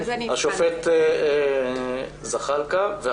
השופט זחאלקה, בבקשה.